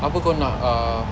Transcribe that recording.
apa kau nak uh